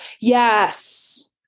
Yes